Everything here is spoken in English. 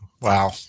Wow